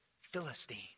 Philistine